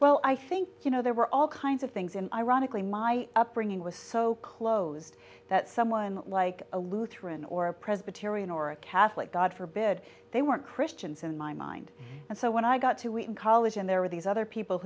well i think you know there were all kinds of things and ironically my upbringing was so closed that someone like a lutheran or a presbyterian or a catholic god forbid they weren't christians in my mind and so when i got to we college and there were these other people